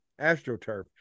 astroturf